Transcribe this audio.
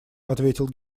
ответил